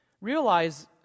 realize